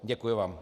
Děkuji vám.